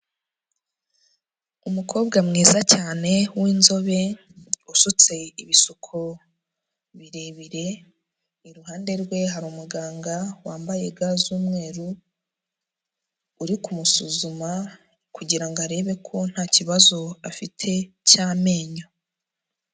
Umukobwa mwiza cyane w'inzobe usutse ibisuko birebire, iruhande rwe hari umuganga wambaye ga z'umweru uri kumusuzuma kugirango arebe ko nta kibazo afite cy'amenyo.